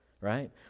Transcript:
right